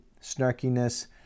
snarkiness